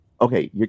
Okay